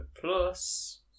plus